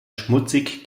schmutzig